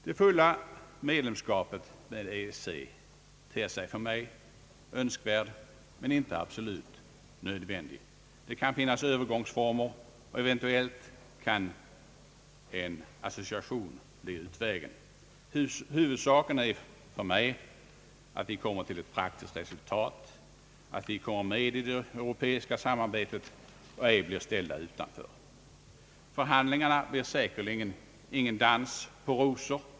Det fulla medlemskapet i EEC ter sig för mig önskvärt men inte absolut nödvändigt. Det kan finnas övergångsformer, och eventuellt kan en association bli utvägen. Huvudsaken är för mig att vi kommer till ett praktiskt resultat, att vi kommer med i det europeiska samarbetet och inte blir ställda utanför. Förhandlingarna blir säkerligen ingen dans på rosor.